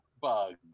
Bug